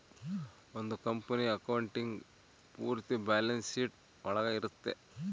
ಒಂದ್ company accounting ಪೂರ್ತಿ balance sheet ಒಳಗ ಇರುತ್ತೆ